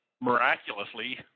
miraculously